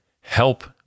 help